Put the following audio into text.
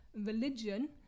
religion